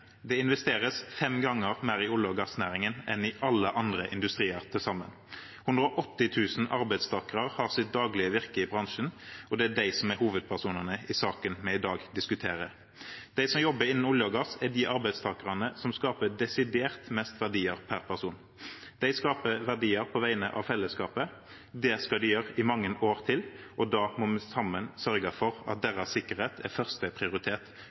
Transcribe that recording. Det investeres fem ganger mer i olje- og gassnæringen enn i alle andre industrier til sammen. 180 000 arbeidstakere har sitt daglige virke i bransjen, og det er de som er hovedpersonene i saken vi i dag diskuterer. De som jobber innen olje og gass, er de arbeidstakerne som skaper desidert størst verdier per person. De skaper verdier på vegne av fellesskapet. Det skal de gjøre i mange år til, og da må vi sammen sørge for at deres sikkerhet er